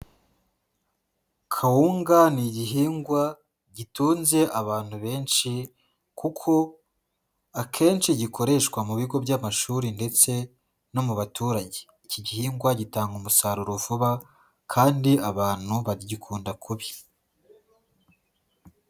Kawunga ni igihingwa gitunze abantu benshi kuko akenshi gikoreshwa mu bigo by'amashuri ndetse no mu baturage, iki gihingwa gitanga umusaruro vuba kandi abantu bagikunda kubi.